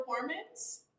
performance